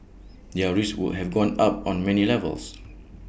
their risks would have gone up on many levels